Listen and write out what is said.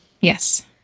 Yes